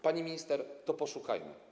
Pani minister, to poszukajmy.